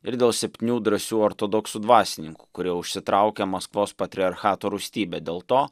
ir dėl septynių drąsių ortodoksų dvasininkų kurie užsitraukė maskvos patriarchato rūstybę dėl to